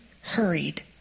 hurried